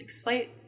slight